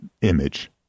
image